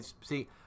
See